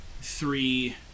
three